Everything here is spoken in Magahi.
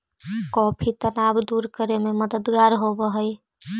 कॉफी तनाव दूर करे में मददगार होवऽ हई